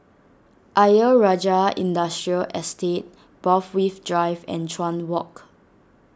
Ayer Rajah Industrial Estate Borthwick Drive and Chuan Walk